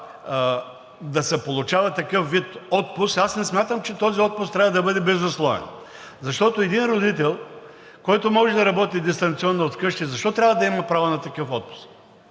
да се получава такъв вид отпуск, аз не смятам, че този отпуск трябва да бъде безусловен. Защото един родител, който може да работи дистанционно от вкъщи, защо трябва да има право на такъв отпуск?